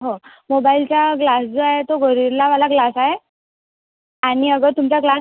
हो मोबाईलचा ग्लास जो आहे तो गोरील्लावाला ग्लास आहे आणि अगर तुमचा ग्लास फु